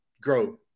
grow